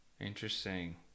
Interesting